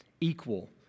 Equal